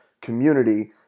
community